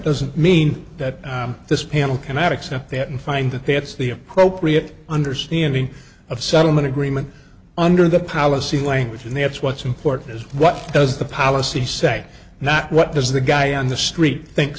doesn't mean that this panel cannot accept that and find that that's the appropriate understanding of settlement agreement under the policy language and that's what's important is what does the policy say not what does the guy on the street think